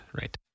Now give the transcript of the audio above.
right